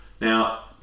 Now